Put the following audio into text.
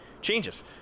changes